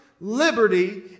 liberty